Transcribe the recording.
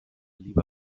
lieber